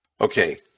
okay